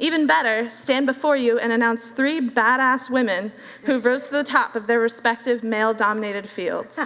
even better, stand before you and announce three bad ass women who rose to the top of their respective male-dominated fields.